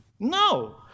No